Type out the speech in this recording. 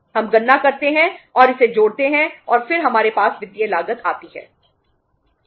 हम गणना करते हैं और इसे जोड़ते हैं और फिर हमारे पास वित्तीय लागत आती है